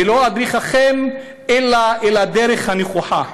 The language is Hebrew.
ולא אדריככם אלא אל הדרך הנכוחה.